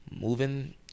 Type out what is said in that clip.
moving